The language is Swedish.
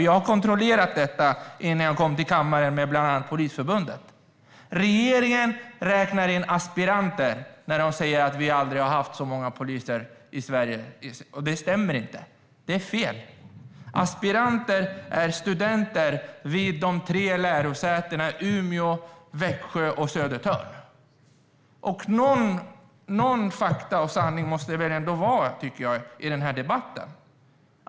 Jag har kontrollerat detta med bland annat Polisförbundet innan jag gick hit till kammaren. Regeringen räknar in aspiranter när man säger att vi aldrig har haft så många poliser i Sverige. Det stämmer inte. Det är fel. Aspiranter är studenter vid de tre lärosätena Umeå, Växjö och Södertörn. Vi måste bygga den här debatten på fakta och sanning.